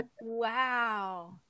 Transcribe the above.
Wow